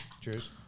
Cheers